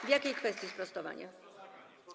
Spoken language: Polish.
W jakiej kwestii sprostowanie?